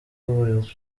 buri